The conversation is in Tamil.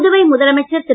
புதுவை முதலமைச்சர் திரு